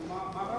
למה?